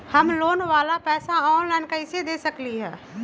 हम लोन वाला पैसा ऑनलाइन कईसे दे सकेलि ह?